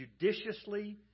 judiciously